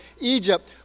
Egypt